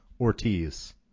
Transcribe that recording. ortiz